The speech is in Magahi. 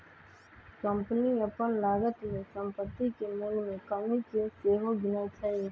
कंपनी अप्पन लागत में सम्पति के मोल में कमि के सेहो गिनै छइ